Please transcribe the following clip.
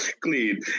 clean